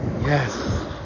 Yes